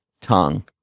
tongue